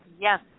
yes